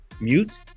Mute